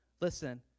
listen